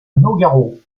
nogaro